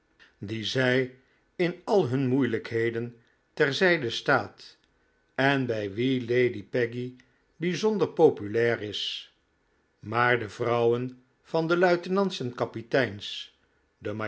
die zij in al hun moeilijkheden ter zijde staat en bij wie lady peggy bijzonder populair is maar de vrouwen van de luitenants en kapiteins